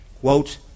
quote